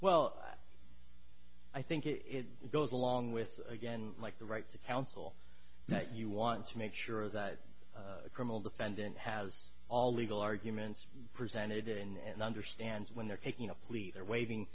well i think it goes along with again like the right to counsel that you want to make sure that a criminal defendant has all legal arguments presented in and understands when they're taking a plea or waiving